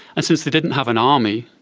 and since they didn't have an army,